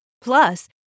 Plus